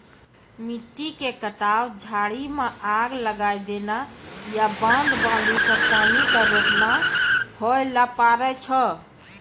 मिट्टी के कटाव, झाड़ी मॅ आग लगाय देना या बांध बांधी कॅ पानी क रोकना होय ल पारै छो